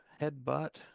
headbutt